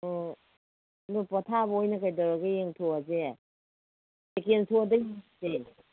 ꯍꯣ ꯑꯗꯨ ꯄꯣꯊꯥꯕ ꯑꯣꯏꯅ ꯀꯩꯗꯧꯔꯒꯦ ꯌꯦꯡꯊꯣꯛꯑꯁꯦ ꯁꯦꯀꯦꯟ ꯁꯣꯗꯩ ꯌꯦꯡꯁꯦ